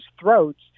throats